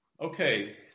Okay